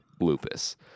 lupus